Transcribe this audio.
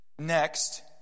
Next